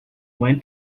went